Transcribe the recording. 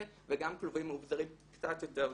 בהם וגם כלובים מאובזרים קצת יותר גדולים.